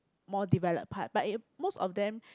more developed part but it most of them